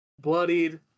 bloodied